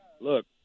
look